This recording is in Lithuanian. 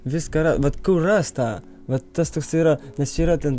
viską ra vat kur rast tą va tas toks yra nes čia yra ten